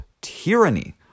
tyranny